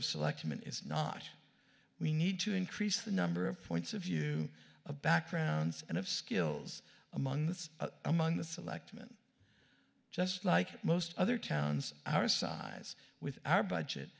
of selectmen is not we need to increase the number of points of view of backgrounds and of skills among this among the selectmen just like most other towns our size with our budget